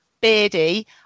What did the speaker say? beardy